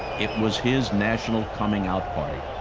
it was his national coming out party.